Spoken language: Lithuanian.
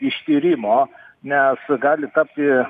ištyrimo nes gali tapti